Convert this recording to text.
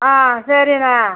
ஆ சரிண்ணா